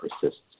persists